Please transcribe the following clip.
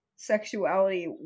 sexuality